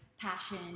passion